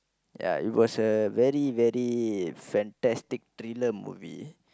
yeah it was a very very fantastic thriller movie